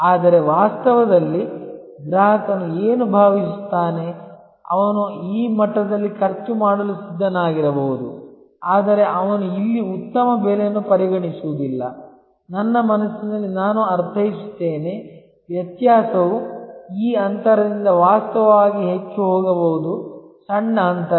ಆದರೆ ವಾಸ್ತವದಲ್ಲಿ ಗ್ರಾಹಕನು ಏನು ಭಾವಿಸುತ್ತಾನೆ ಅವನು ಈ ಮಟ್ಟದಲ್ಲಿ ಖರ್ಚು ಮಾಡಲು ಸಿದ್ಧನಾಗಿರಬಹುದು ಆದರೆ ಅವನು ಇಲ್ಲಿ ಉತ್ತಮ ಬೆಲೆಯನ್ನು ಪರಿಗಣಿಸುವುದಿಲ್ಲ ನನ್ನ ಮನಸ್ಸಿನಲ್ಲಿ ನಾನು ಅರ್ಥೈಸುತ್ತೇನೆ ವ್ಯತ್ಯಾಸವು ಈ ಅಂತರದಿಂದ ವಾಸ್ತವವಾಗಿ ಹೆಚ್ಚು ಹೋಗಬಹುದು ಸಣ್ಣ ಅಂತರ